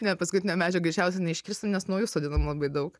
ne paskutinio medžio greičiausiai neiškrisim nes naujų sodinam labai daug